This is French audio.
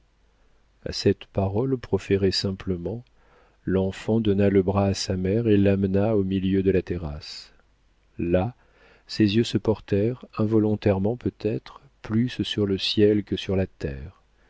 cette parole proférée simplement l'enfant donna le bras à sa mère et l'amena au milieu de la terrasse là ses yeux se portèrent involontairement peut-être plus sur le ciel que sur la terre